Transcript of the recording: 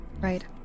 right